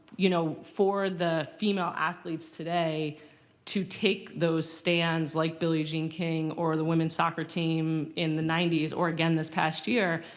you know for the female athletes today to take those stands like billie jean king or the women's soccer team in the ninety s or again this past year,